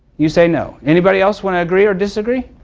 you say no. anybody else want to agree, or disagree?